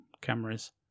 cameras